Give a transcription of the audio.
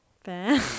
fair